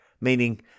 meaning